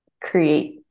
create